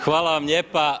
Hvala vam lijepa.